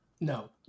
No